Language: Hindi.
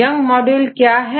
यंग मॉड्यूलर क्या है